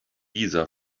giza